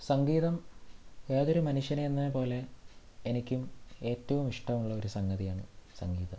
സംഗീതം ഏതൊരു മനുഷ്യൻ എന്ന പോലെ എനിക്കും ഏറ്റവും ഇഷ്ട്ടമുള്ള ഒരു സംഗതിയാണ് സംഗീതം